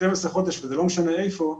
וזה לא משנה איפה,